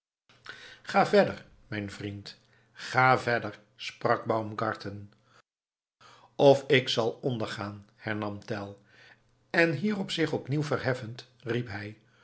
ga verder mijn vriend ga verder sprak baumgarten of ik zal ondergaan hernam tell en hierop zich opnieuw verheffend riep hij